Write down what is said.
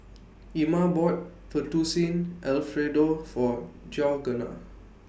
Ima bought Fettuccine Alfredo For Georganna